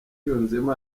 yunzemo